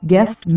guest